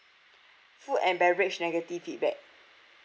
food and beverage negative feedback